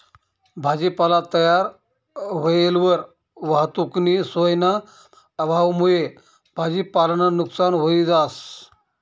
भाजीपाला तयार व्हयेलवर वाहतुकनी सोयना अभावमुये भाजीपालानं नुकसान व्हयी जास